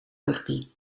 rugby